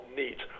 neat